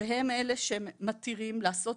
הם אלה שמתירים לעשות